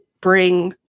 bring